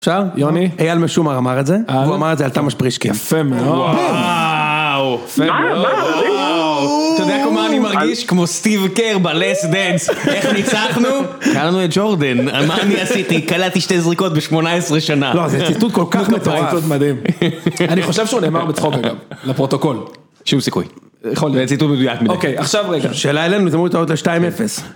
עכשיו יוני, אייל משומר אמר את זה, הוא אמר את זה על תמש פרישקי. יפה מאוד. וואו. וואו. וואו. אתה יודע כמו מה אני מרגיש? כמו סטיב קר בלס דנס. איך ניצחנו? היה לנו את ג'ורדן. על מה אני עשיתי? קלטתי שתי זריקות ב-18 שנה. לא, זה ציטוט כל כך מטורף. נכנות לפריצות מדהים. אני חושב שהוא נאמר בצחוק גם. לפרוטוקול. שום סיכוי. יכול להיות. ציטוט מדיוק. אוקיי, עכשיו רגע, שאלנו אלינו שתיים אפס